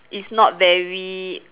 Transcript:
is not very